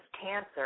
cancer